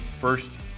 First